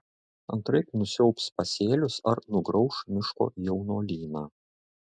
antraip nusiaubs pasėlius ar nugrauš miško jaunuolyną